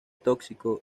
tóxico